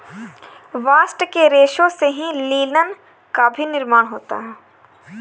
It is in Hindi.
बास्ट के रेशों से ही लिनन का भी निर्माण होता है